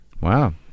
Wow